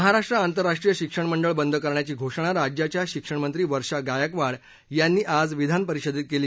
महाराष्ट्र आंतरराष्ट्रीय शिक्षण मंडळ बंद करण्याची घोषणा राज्याच्या शिक्षण मंत्री वर्षा गायकवाड यांनी आज विधानपरिषदेत केली